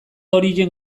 horien